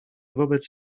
wobec